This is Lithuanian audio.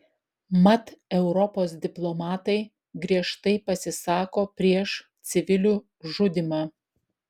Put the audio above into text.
mat europos diplomatai griežtai pasisako prieš civilių žudymą